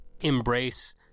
embrace